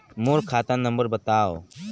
मोर खाता नम्बर बताव?